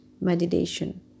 meditation